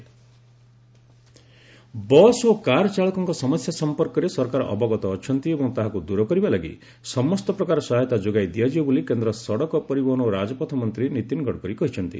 Gadkari bus ଓ car ଚାଳକଙ୍କ ସମସ୍ୟା ସଂପର୍କରେ ସରକାର ଅବଗତ ଅଛନ୍ତି ଏବଂ ତାହାକୁ ଦୂର କରିବା ଲାଗି ସମସ୍ତ ପ୍ରକାର ସହାୟତା ଯୋଗାଇ ଦିଆଯିବ ବୋଲି କେନ୍ଦ୍ର ସଡ଼କ ପରିବହନ ଓ ରାଜପଥ ମନ୍ତ୍ରୀ ନୀତିନ ଗଡ଼କରୀ କହିଛନ୍ତି